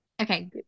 Okay